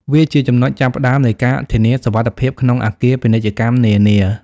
វាជាចំណុចចាប់ផ្តើមនៃការធានាសុវត្ថិភាពក្នុងអគារពាណិជ្ជកម្មនានា។